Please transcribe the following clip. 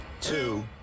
two